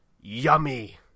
yummy